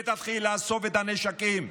ותתחיל לאסוף את הנשקים,